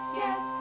yes